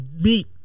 meat